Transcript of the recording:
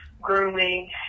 grooming